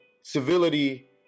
civility